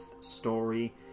story